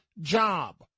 job